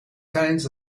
kinds